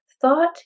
Thought